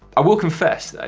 i will confess, though,